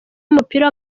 w’umupira